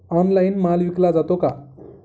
Online माल विकला जातो का?